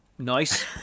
nice